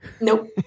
Nope